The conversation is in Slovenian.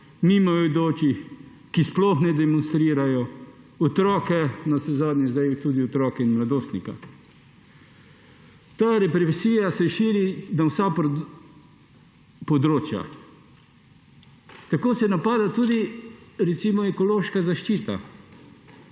mimoidočih, ki sploh ne demonstrirajo, otrok, navsezadnje tudi otrok in mladostnikov. Ta represija se širi na vsa področja. Tako se napada tudi recimo ekološka zaščita,